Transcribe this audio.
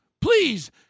please